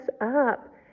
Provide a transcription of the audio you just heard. up